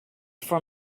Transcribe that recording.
for